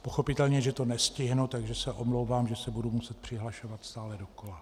Pochopitelně že to nestihnu, takže se omlouvám, že se budu muset přihlašovat stále dokola.